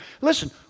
Listen